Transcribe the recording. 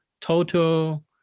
total